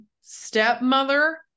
stepmother